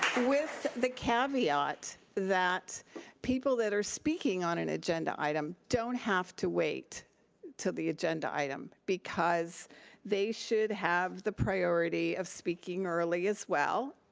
with the caveat that people that are speaking on an agenda item don't have to wait until the agenda item because they should have the priority of speaking early as well,